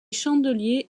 chandeliers